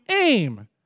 aim